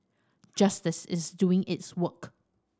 justice is doing its work